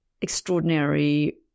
extraordinary